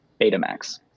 Betamax